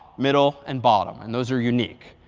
middle, and bottom. and those are unique.